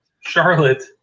Charlotte